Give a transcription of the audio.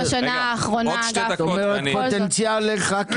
זו הפעם הראשונה שאני בוועדת הכספים.